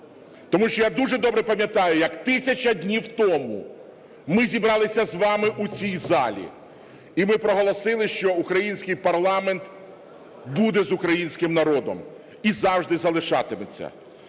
тому що я дуже добре пам'ятаю, як 1000 днів тому ми зібралися з вами у цій залі і ми проголосили, що український парламент буде з українським народом і завжди залишатиметься.